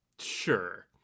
Sure